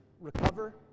recover